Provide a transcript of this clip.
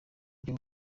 buryo